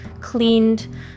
cleaned